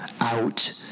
out